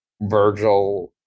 Virgil